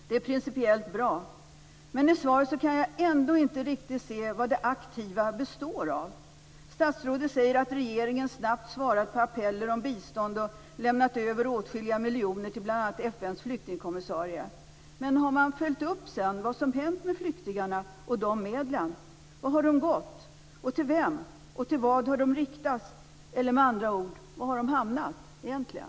Det är principiellt bra. Men i svaret kan jag ändå inte riktigt se vad det aktiva består av. Statsrådet säger att regeringen snabbt svarar på appeller om bistånd och att man har överlämnat åtskilliga miljoner till bl.a. FN:s flyktingkommissarie. Men har man följt upp vad som har hänt med flyktingarna och med dessa medel? Vart har pengarna gått? Och till vem? Och till vad har de riktats? Eller med andra ord: Var har de hamnat egentligen?